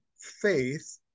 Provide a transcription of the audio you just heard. faith